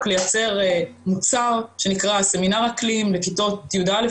לייצר מוצר שנקרא סמינר אקלים לכתות יא',